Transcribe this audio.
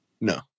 no